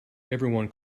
everyone